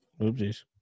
oopsies